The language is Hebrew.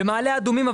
במעלה אדומים,